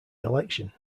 election